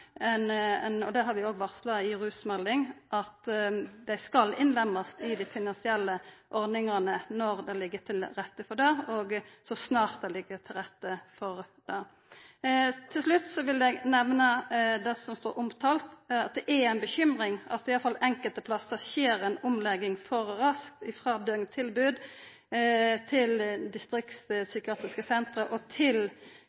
det – det har vi òg varsla i rusmeldinga – innlemmast i dei finansielle ordningane når det ligg til rette for det, og så snart det ligg til rette for det. Til slutt vil eg nemna det som står omtalt om at det er ei bekymring at det iallfall enkelte plassar skjer ei omlegging for raskt frå døgntilbod til distriktspsykiatriske senter og til